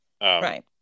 right